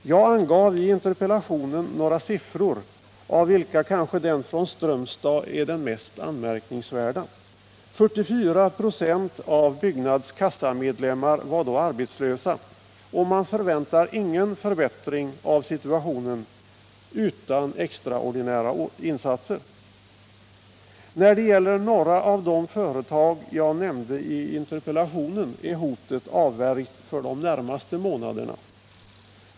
Jag angav i interpellationen några siffror. Uppgiften från Strömstad är kanske den mest anmärkningsvärda. 44 26 av Byggnads kassamedlemmar var då arbetslösa, och man förväntar ingen förbättring av situationen utan extraordinära insatser. När det gäller några av de företag jag nämnde i interpellationen är hotet avvärjt för de närmaste månaderna.